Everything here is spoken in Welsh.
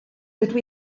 dydw